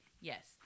yes